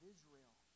Israel